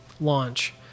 launch